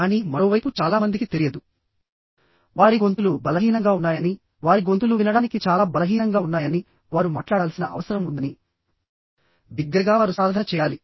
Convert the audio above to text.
కానీ మరోవైపు చాలా మందికి తెలియదు వారి గొంతులు బలహీనంగా ఉన్నాయని వారి గొంతులు వినడానికి చాలా బలహీనంగా ఉన్నాయని వారు మాట్లాడాల్సిన అవసరం ఉందని బిగ్గరగా వారు సాధన చేయాలి